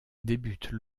débute